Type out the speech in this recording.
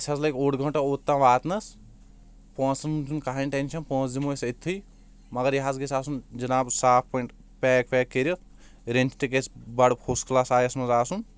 اسہِ حظ لگہِ اوٚڈ گَنٹہٕ اوٚتام واتنس پونٛسن ہُنٛد چھُنہٕ کہٕنۍ ٹیٚنشن پونٛسہٕ دِمو أسۍ أتنے مگر یہِ حظ گژھہِ آسُن جناب صاف پٲٹھۍ پیک ویک کٔرتھ رٔنتھ تہِ گژھہِ بڑٕ فسٹ کلاس آیس منٛز آسُن